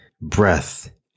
breath